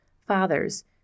fathers